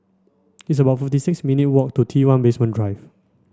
it's about fifty six minute walk to Tone Basement Drive